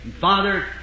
Father